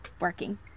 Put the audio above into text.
working